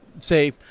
say